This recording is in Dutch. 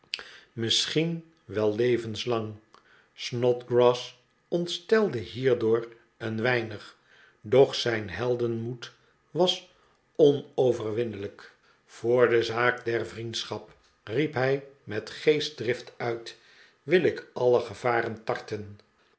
schieir wel le'venslang snodgrass ontstelde hierdoor een weinig doch zijn heldenmoed was onoverwinnelijk voor de z aak der vriendschap riep hij met geestdrift uit wil ik alle gevaren tar